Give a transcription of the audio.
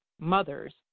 mothers